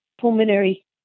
pulmonary